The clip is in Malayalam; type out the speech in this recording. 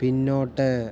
പിന്നോട്ട്